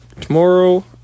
Tomorrow